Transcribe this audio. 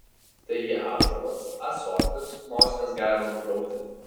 taigi ąžuolas ąsotis nosines galima nubraukti